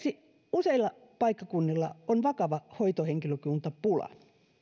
useilla paikkakunnilla on vakava hoitohenkilökuntapula